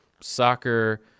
soccer